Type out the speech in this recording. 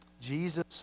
Jesus